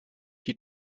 die